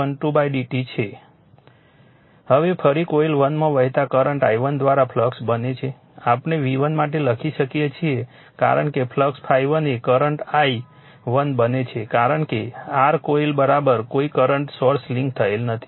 હવે ફરી કોઇલ 1 માં વહેતા કરંટ i1 દ્વારા ફ્લક્સ બને છે આપણે V1 માટે લખી શકીએ છીએ કારણ કે ફ્લક્સ ∅1 એ r કરંટ i1 બને છે કારણ કે r કોઇલ કોઇ કરંટ સોર્સ લિંક થયેલ નથી